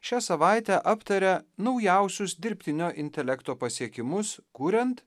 šią savaitę aptaria naujausius dirbtinio intelekto pasiekimus kuriant